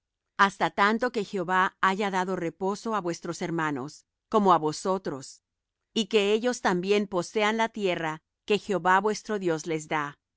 hasta tanto que jehová haya dado reposo á vuestros hermanos como á vosotros y que ellos también posean la tierra que jehová vuestro dios les da